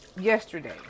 yesterday